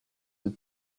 that